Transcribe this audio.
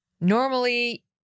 Normally